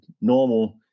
normal